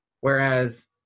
Whereas